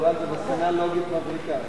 זו מסקנה לוגית מבריקה.